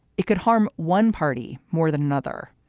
it could harm one party more than another.